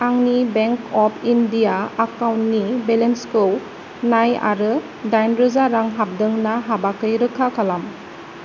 आंनि bank of India एकाउन्टनि बेलेन्सखौ नाय आरो दाइन रोजा रां हाबदों ना हाबाखै रोखा खालाम